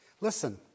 Listen